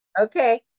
okay